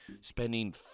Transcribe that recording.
spending